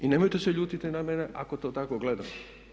I nemojte se ljutiti na mene ako to tako gledam.